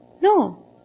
No